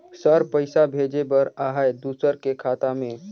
Sir पइसा भेजे बर आहाय दुसर के खाता मे?